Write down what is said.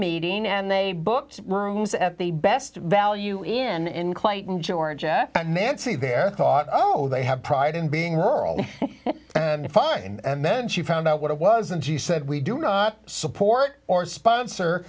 meeting and they booked rooms at the best value in in clayton georgia and nancy there thought oh they have pride in being rural and fine and then and she found out what it was and she said we do not support or sponsor